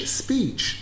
speech